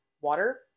water